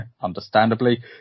understandably